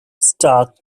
stark